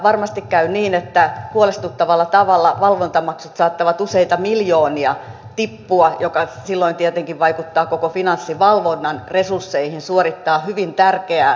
varmasti käy niin että huolestuttavalla tavalla valvontamaksut saattavat tippua useita miljoonia mikä silloin tietenkin vaikuttaa koko finanssivalvonnan resursseihin suorittaa hyvin tärkeää valvontatehtäväänsä